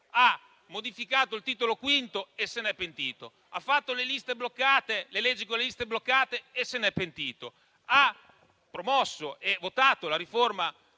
ha modificato il Titolo V e se ne è pentito, ha fatto le leggi elettorali con le liste bloccate e se ne è pentito, ha promosso e votato la riforma